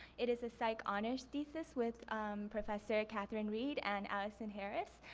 it is a psych honors thesis with professor catherine reed and allison harris.